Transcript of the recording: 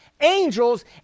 Angels